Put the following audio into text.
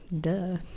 duh